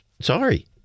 Sorry